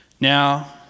now